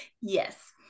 yes